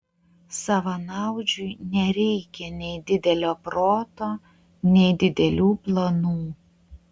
savanaudžiui nereikia nei didelio proto nei didelių planų